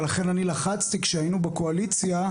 ולכן אני לחצתי כשהיינו בקואליציה,